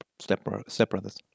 stepbrothers